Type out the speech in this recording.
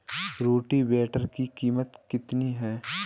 Rotavator की कीमत कितनी है?